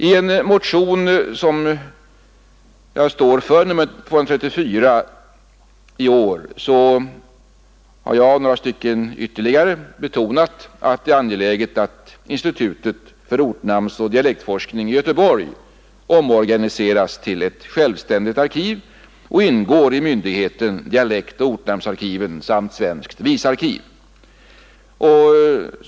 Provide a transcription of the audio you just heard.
I motion 234 har jag och ytterligare några ledamöter betonat att det är angeläget att institutet för ortnamnsoch dialektforskning i Göteborg omorganiseras till ett självständigt arkiv och ingår i myndigheten dialektoch ortnamnsarkiven samt svenskt visarkiv.